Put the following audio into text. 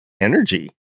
energy